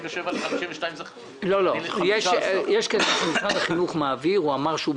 ל-52 זה 15. כ-6 מיליון שקלים משרד החינוך מעביר.